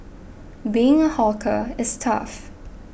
being a hawker is tough